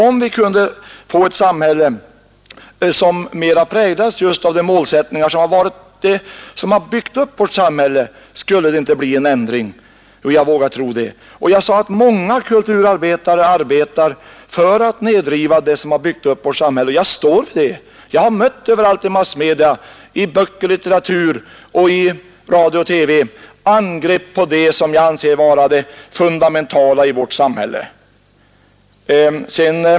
Om vi kunde få ett samhälle som mera präglas av de målsättningar som byggt upp vårt samhälle, skulle det då inte bli en ändring? Jo, jag vågar tro det. Jag sade att många kulturarbetare arbetar för att nedriva det som har byggt upp vårt samhälle. Jag står för det. Jag har överallt i massmedia, i litteratur, radio och television mött angrepp på det som jag anser vara det fundamentala i vårt samhälle.